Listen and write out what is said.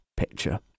picture